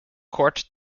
court